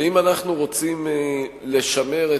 ואם אנחנו רוצים לשמר,